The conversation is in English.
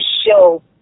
show